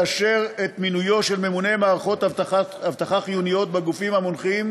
לאשר את מינויו של ממונה מערכות אבטחה חיוניות בגופים המונחים